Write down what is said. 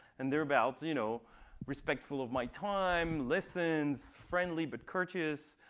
and they're about you know respectful of my time, listens, friendly but courteous.